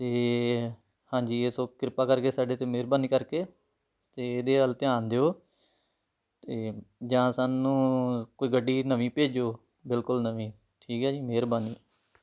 ਅਤੇ ਹਾਂਜੀ ਇਹ ਸੋ ਕਿਰਪਾ ਕਰਕੇ ਸਾਡੇ 'ਤੇ ਮਿਹਰਬਾਨੀ ਕਰਕੇ ਤਾਂ ਇਹਦੇ ਵੱਲ ਧਿਆਨ ਦਿਓ ਅਤੇ ਜਾਂ ਸਾਨੂੰ ਕੋਈ ਗੱਡੀ ਨਵੀਂ ਭੇਜੋ ਬਿਲਕੁਲ ਨਵੀਂ ਠੀਕ ਹੈ ਜੀ ਮਿਹਰਬਾਨੀ